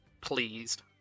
pleased